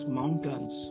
mountains